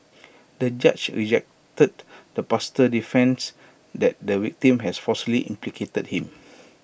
the judge rejected the pastor defence that the victim had falsely implicated him